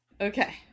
Okay